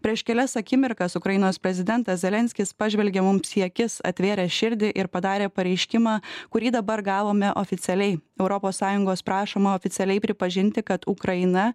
prieš kelias akimirkas ukrainos prezidentas zelenskis pažvelgė mums į akis atvėrė širdį ir padarė pareiškimą kurį dabar gavome oficialiai europos sąjungos prašoma oficialiai pripažinti kad ukraina